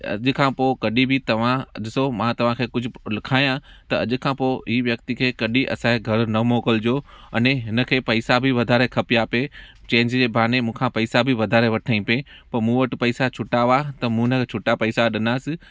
अॼु खां पोइ कॾहिं बि तव्हां ॾिसो मां तव्हांखे कुझु लिखायां त अॼु खां पोइ हीअ व्यक्ति खे कॾहिं असांजे घर न मोकिलजो अने हिनखे पइसा बि वाधारे खपया पे चेंज जे बहाने मूंखा पइसा बि वाधारे वठंई पे पोइ मूं वटि पइसा छुट्टा हुआ त मूं हुनखे छुट्टा पइसा डिनासि